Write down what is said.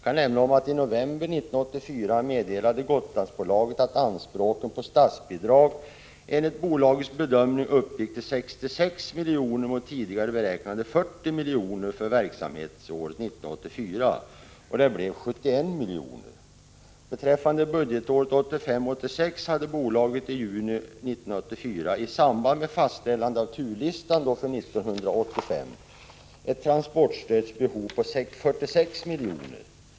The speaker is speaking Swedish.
I november 1984 meddelande Gotlandsbolaget att anspråken på statsbidrag enligt bolagets bedömning uppgick till 66 milj.kr. mot tidigare beräknade 40 milj.kr. för verksamhetsåret 1984. Det blev 71 milj.kr. Beträffande budgetåret 1985/1986 hade bolaget i juni 1984, i samband med fastställande av turlistan för 1985, ett transportstödsbehov på 46 milj.kr.